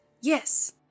yes